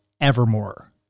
Evermore